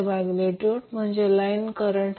तर हे time invariant आहे